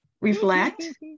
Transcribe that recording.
reflect